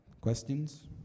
Questions